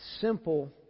simple